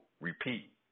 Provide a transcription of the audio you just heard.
repeat